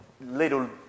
little